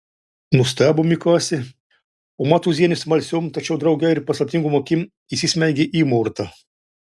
nustebo mikasė o matūzienė smalsiom tačiau drauge ir paslaptingom akim įsismeigė į mortą